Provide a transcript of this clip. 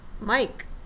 Mike